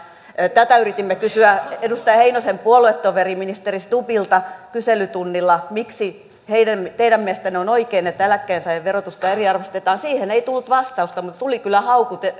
tätä yritimme kysyä edustaja heinosen puoluetoverilta ministeri stubbilta kyselytunnilta miksi teidän teidän mielestänne on oikein että eläkkeensaajien verotusta eriarvoistetaan siihen ei tullut vastausta mutta tuli kyllä haukut